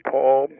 Paul